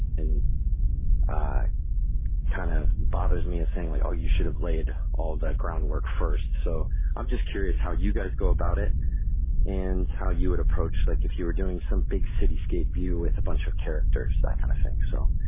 and ah kind of bothers me and saying, like oh, you should've laid all that groundwork first'. so i'm just curious how you guys go about it and how you would approach, like if you were doing some big cityscape view with a bunch of characters that kinda kind of thing. so,